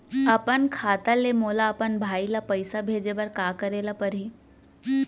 अपन खाता ले मोला अपन भाई ल पइसा भेजे बर का करे ल परही?